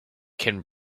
can